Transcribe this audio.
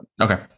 Okay